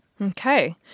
Okay